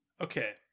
Okay